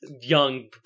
young